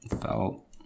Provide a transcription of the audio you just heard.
felt